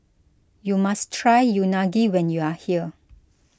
you must try Unagi when you are here